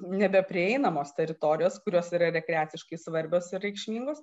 nebeprieinamos teritorijos kurios yra rekreaciškai svarbios reikšmingos